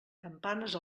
campanes